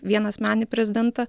vienasmenį prezidentą